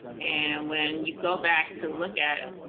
and when you go back to look at